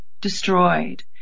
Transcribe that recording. destroyed